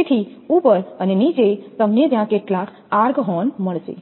તેથી ઉપર અને નીચે તમને ત્યાં કેટલાક આર્ક હોર્ન મળશે